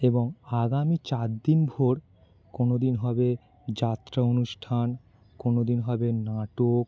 এবং আগামী চার দিনভর কোনো দিন হবে যাত্রা অনুষ্ঠান কোনো দিন হবে নাটক